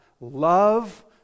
love